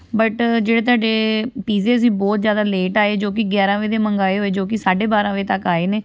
but ਜਿਹੜੇ ਤੁਹਾਡੇ ਪੀਜ਼ੇ ਸੀ ਬਹੁਤ ਜ਼ਿਆਦਾ ਲੇਟ ਆਏ ਜੋ ਕਿ ਗਿਆਰਾਂ ਵਜੇ ਦੇ ਮੰਗਵਾਏ ਹੋਏ ਜੋ ਕਿ ਸਾਢੇ ਬਾਰਾਂ ਵਜੇ ਤੱਕ ਆਏ ਨੇ